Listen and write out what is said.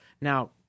Now